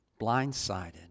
Blindsided